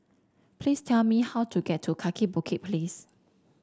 please tell me how to get to Kaki Bukit Place